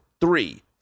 three